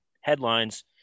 headlines